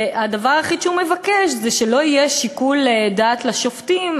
והדבר היחיד שהוא מבקש זה שלא יהיה שיקול דעת לשופטים,